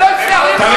הוא לא הצליח למנוע.